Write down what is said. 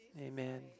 amen